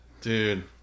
Dude